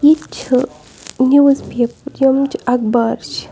ییٚتہِ چھُ news paper یِم چھِ اَخبار چھِ